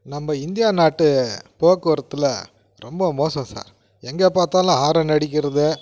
நம்ம இந்தியா நாட்டு போக்குவரத்தில் ரொம்ப மோசம் சார் எங்கே பார்த்தாலும் ஹாரன் அடிக்கிறது